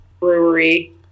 brewery